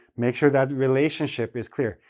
make sure that relationship is clear.